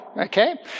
Okay